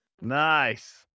Nice